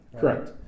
Correct